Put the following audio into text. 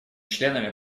членами